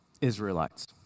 Israelites